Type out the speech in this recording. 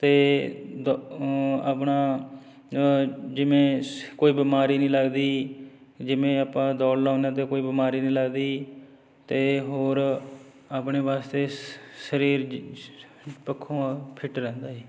ਅਤੇ ਦ ਆਪਣਾ ਜਿਵੇਂ ਸ ਕੋਈ ਬਿਮਾਰੀ ਨਹੀਂ ਲੱਗਦੀ ਜਿਵੇਂ ਆਪਾਂ ਦੌੜ ਲਾਉਂਦੇ ਹਾਂ ਤਾਂ ਕੋਈ ਬਿਮਾਰੀ ਨਹੀਂ ਲੱਗਦੀ ਅਤੇ ਹੋਰ ਆਪਣੇ ਵਾਸਤੇ ਸਰੀਰ ਪੱਖੋਂ ਫਿਟ ਰਹਿੰਦਾ ਹੈ